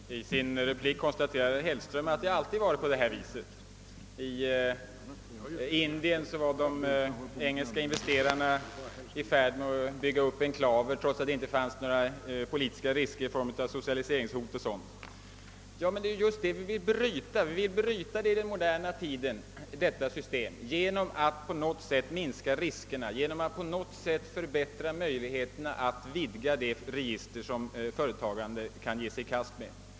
Herr talman! I sin replik konstaterade herr Hellström att det alltid varit på det sätt som t.ex. i Indien där de engelska investerarna var i färd med att bygga upp enklaver trots att det inte fanns några politiska risker i form av socialiseringshot etc. Det är just detta system vi vill bryta i den moderna tiden genom att på något sätt minska riskerna, genom att förbättra möjligheterna att vidga det register av uppgifter som företagandet kan ge sig i kast med.